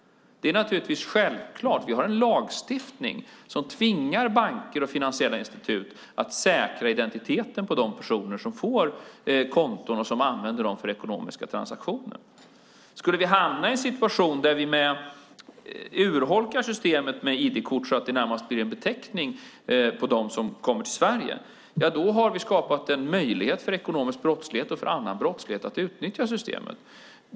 Det är naturligtvis självklart. Vi har en lagstiftning som tvingar banker och finansiella institut att säkra identiteten på de personer som får konton och som använder dem för ekonomiska transaktioner. Om vi skulle hamna i en situation där vi urholkar systemet med ID-kort så att det närmast blir en beteckning på dem som kommer till Sverige har vi skapat en möjlighet för ekonomisk brottslighet och annan brottslighet att utnyttja systemet.